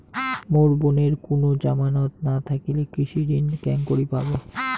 মোর বোনের কুনো জামানত না থাকিলে কৃষি ঋণ কেঙকরি পাবে?